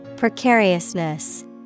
Precariousness